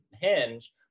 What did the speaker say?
Hinge